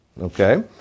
Okay